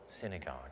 synagogue